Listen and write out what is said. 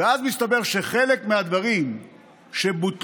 ואז מתברר שחלק מהדברים שבוטלו